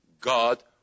God